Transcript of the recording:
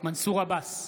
מנסור עבאס,